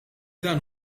dan